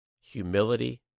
humility